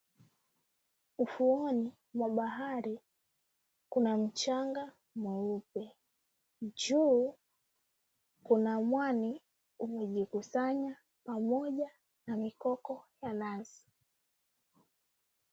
Ufuoni mwa bahari kuna mchanga mweupe. Juu kuna mwani umejikusanya pamoja na mikoko ya nazi.